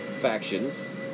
factions